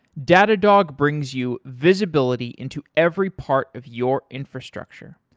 datadog brings you visibility into every part of your infrastructure,